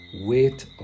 wait